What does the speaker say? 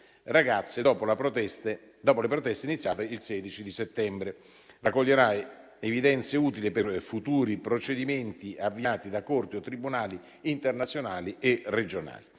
ragazze dopo le proteste iniziate il 16 settembre. Si raccoglieranno evidenze utili per futuri procedimenti avviati da corti o tribunali internazionali e regionali.